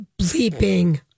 bleeping